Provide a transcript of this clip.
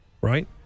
right